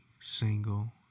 single